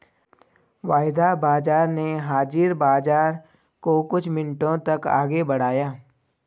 वायदा बाजार ने हाजिर बाजार को कुछ मिनटों तक आगे बढ़ाया